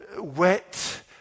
wet